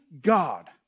God